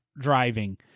driving